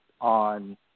on